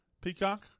Peacock